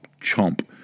chomp